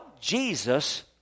Jesus